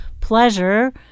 pleasure